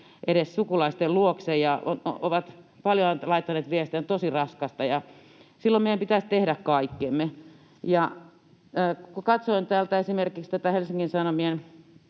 edes sukulaisten luokse ja ovat paljon laittaneet viestejä, että on tosi raskasta, ja silloin meidän pitäisi tehdä kaikkemme. Kun katsoin esimerkiksi tätä Helsingin Sanomien